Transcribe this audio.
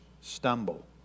stumble